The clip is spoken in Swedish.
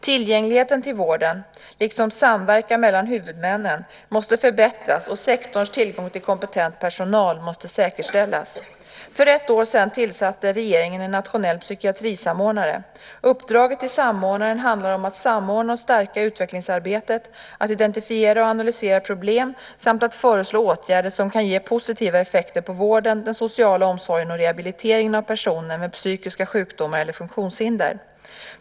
Tillgängligheten till vården, liksom samverkan mellan huvudmännen, måste förbättras, och sektorns tillgång till kompetent personal måste säkerställas. För ett år sedan tillsatte regeringen en nationell psykiatrisamordnare. Uppdraget till samordnaren handlar om att samordna och stärka utvecklingsarbetet, att identifiera och analysera problem samt att föreslå åtgärder som kan ge positiva effekter på vården, den sociala omsorgen och rehabiliteringen av personer med psykiska sjukdomar eller funktionshinder.